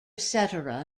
cetera